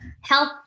health